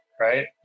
Right